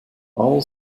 all